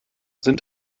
sind